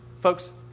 Folks